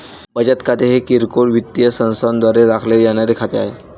बचत खाते हे किरकोळ वित्तीय संस्थांद्वारे राखले जाणारे खाते आहे